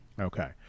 okay